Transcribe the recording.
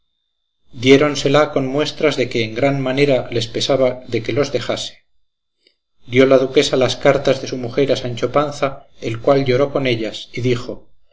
con muestras de que en gran manera les pesaba de que los dejase dio la duquesa las cartas de su mujer a sancho panza el cual lloró con ellas y dijo